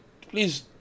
Please